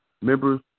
members